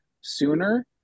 sooner